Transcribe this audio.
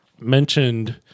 mentioned